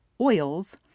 oils